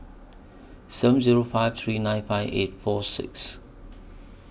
seven Zero five three nine five eight six four six